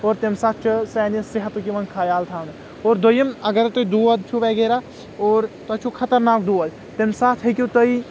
اور تٔمہِ ساتہٕ چھ سانہِ صحتُک یِوان خیال تھاونہٕ اور دوٚیِم اگر تۄہہِ دود چُھ وغیرہ اور تۄہہِ چھو خطرناک دود تٔمہِ ساتہٕ ہیٚکِو تُہۍ